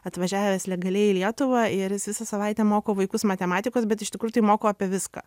atvažiavęs legaliai į lietuvą ir jis visą savaitę moko vaikus matematikos bet iš tikrų tai moko apie viską